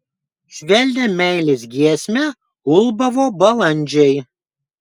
švelnią meilės giesmę ulbavo balandžiai